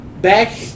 Back